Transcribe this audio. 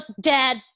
dad